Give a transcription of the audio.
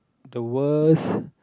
the worst